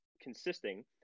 consisting